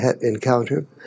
encounter